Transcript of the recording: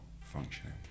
functioning